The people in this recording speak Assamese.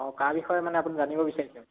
অঁ কা বিষয়ে মানে আপুনি জানিব বিচাৰিছে নি